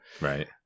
right